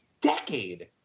decade